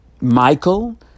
Michael